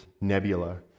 nebula